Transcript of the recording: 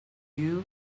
you